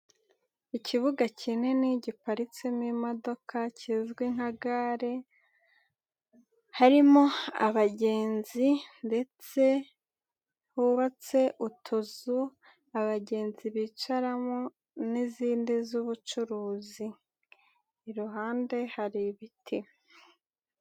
Ikibuga kinini, giparitsemo imodoka, kizwi nka gare, harimo abagenzi ndetse hubatse utuzu, abagenzi bicaramo n'izindi z'ubucuruzi, iruhande hari ibiti.